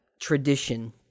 tradition